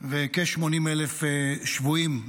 וכ-80,000 שבויים.